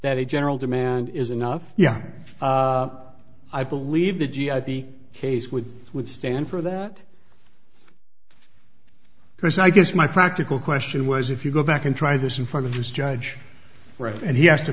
that a general demand is enough yeah i believe the g o p case would withstand for that because i guess my practical question was if you go back and try this in front of this judge right and he has to